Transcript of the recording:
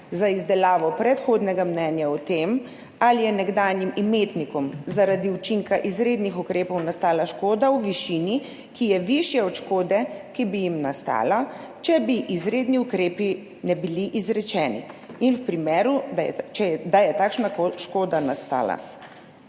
za izdelavo predhodnega mnenja o tem, ali je nekdanjim imetnikom zaradi učinka izrednih ukrepov nastala škoda v višini, ki je višja od škode, ki bi jim nastala, če izredni ukrepi ne bi bili izrečeni in v primeru, da je nastala